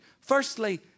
Firstly